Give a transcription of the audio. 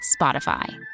Spotify